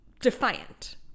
defiant